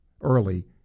early